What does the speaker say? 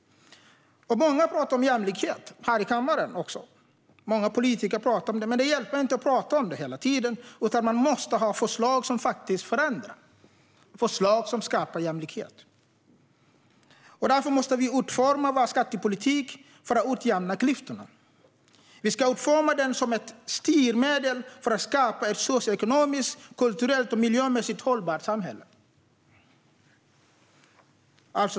Många politiker talar mycket om jämlikhet, också här i kammaren. Men det hjälper inte att tala om den hela tiden, utan man måste ha förslag som faktiskt förändrar och som skapar jämlikhet. Därför måste vi utforma vår skattepolitik för att utjämna klyftorna. Vi ska utforma den som ett styrmedel för att skapa ett socioekonomiskt, kulturellt och miljömässigt hållbart samhälle.